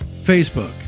facebook